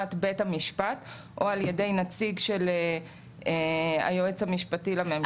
ביוזמת בית המשפט או על-ידי נציג של היועץ המשפטי לממשלה.